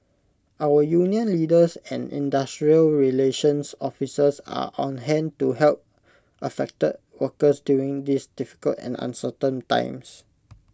our union leaders and industrial relations officers are on hand to help affected workers during these difficult and uncertain times